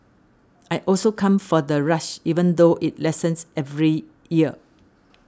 I also come for the rush even though it lessens every year